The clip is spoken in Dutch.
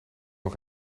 nog